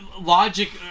logic